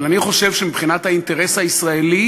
אבל אני חושב שמבחינת האינטרס הישראלי,